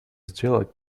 сделать